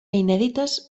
inèdites